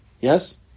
Yes